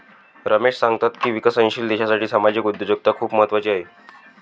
रमेश सांगतात की विकसनशील देशासाठी सामाजिक उद्योजकता खूप महत्त्वाची आहे